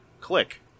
Click